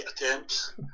attempts